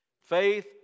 Faith